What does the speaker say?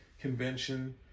convention